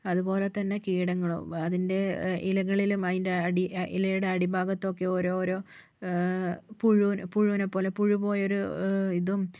അതുപോലെ തന്നെ കീടങ്ങളും അതിൻ്റെ ഇലകളിലും അതിൻ്റെ അടി ഇലയുടെ അടിഭാഗത്തൊക്കെ ഓരോരോ പുഴുവിനെ പുഴുവിനെപ്പോലെ പുഴു പോയൊരു ഇതും